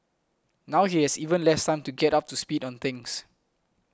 now he has even less time to get up to speed on things